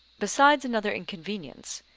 besides another inconvenience,